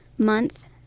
month